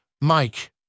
Mike